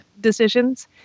decisions